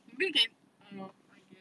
maybe you can err I guess